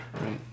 right